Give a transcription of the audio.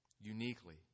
uniquely